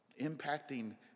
impacting